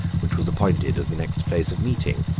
which was appointed as the next place of meeting.